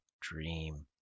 dream